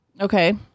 Okay